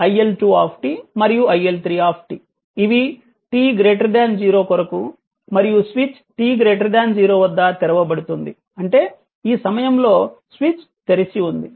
iL1 iL2 మరియు i3 ఇవి t 0 కొరకు మరియు స్విచ్ t 0 వద్ద తెరవబడుతుంది అంటే ఈ సమయంలో స్విచ్ తెరిచి ఉంది